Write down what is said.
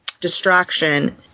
distraction